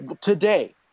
today